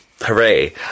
Hooray